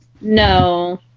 No